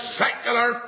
secular